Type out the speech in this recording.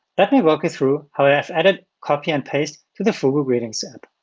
let me walk you through how i have added copy and paste to the fugu greeting setup.